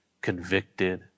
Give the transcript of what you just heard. convicted